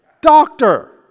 doctor